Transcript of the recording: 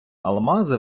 алмази